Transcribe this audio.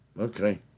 Okay